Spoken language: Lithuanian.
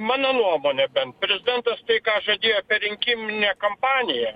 mano nuomone bent prezidentas tai ką žadėjo per rinkiminę kampaniją